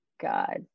god